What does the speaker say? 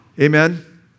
Amen